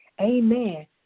amen